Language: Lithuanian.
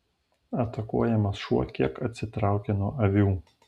atakuojamas šuo kiek atsitraukė nuo avių